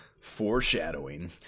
Foreshadowing